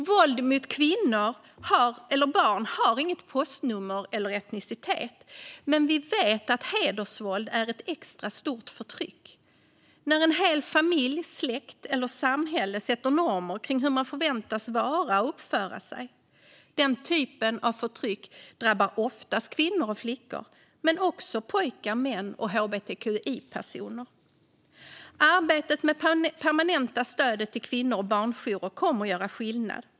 Våld mot kvinnor eller barn kan inte kopplas till något postnummer eller till etnicitet. Men vi vet att hedersvåld är ett extra stort förtryck när en hel familj, en släkt eller ett samhälle sätter normer kring hur man förväntas vara och uppföra sig. Denna typ av förtryck drabbar oftast kvinnor och flickor men också pojkar, män och hbtqi-personer. Arbetet med att permanenta stödet till kvinno och barnjourer kommer att göra skillnad.